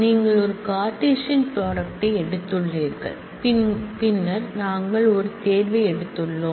நீங்கள் ஒரு கார்ட்டீசியன் தயாரிப்பை எடுத்துள்ளீர்கள் பின்னர் நாங்கள் ஒரு தேர்வை எடுத்துள்ளோம்